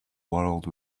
world